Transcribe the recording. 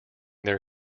their